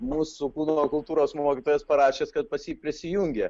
mūsų kūno kultūros mokytojas parašęs kad pas jį prisijungia